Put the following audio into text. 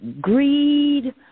greed